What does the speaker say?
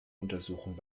untersuchung